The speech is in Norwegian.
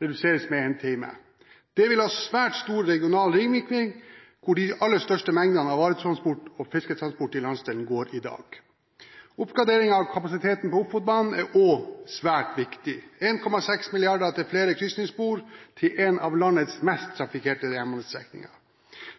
reduseres med én time. Det vil ha svært store regionale ringvirkninger. De største mengdene av varetransport og fisketransport i landsdelen går her i dag. Oppgraderingen av kapasiteten på Ofotbanen er også svært viktig – 1,6 mrd. kr til flere krysningsspor til en av landets mest trafikkerte jernbanestrekninger.